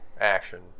action